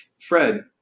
Fred